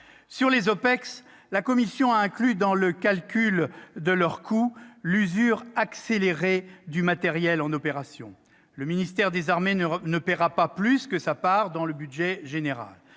Sur les OPEX, la commission a inclus dans le calcul de leur coût l'usure accélérée du matériel en opération. Le ministère des armées ne paiera pas plus que sa part dans le budget général.